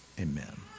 amen